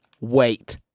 wait